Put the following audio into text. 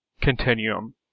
continuum